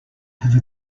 have